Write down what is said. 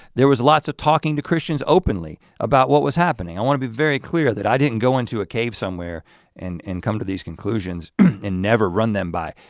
there was lots of talking to christians openly about what was happening. i wanna be very clear that i didn't go into a cave somewhere and and come to these conclusions and never run them by.